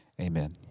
Amen